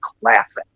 classic